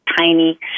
Tiny